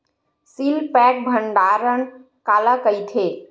Seal pack भंडारण काला कइथे?